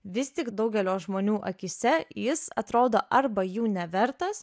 vis tik daugelio žmonių akyse jis atrodo arba jų nevertas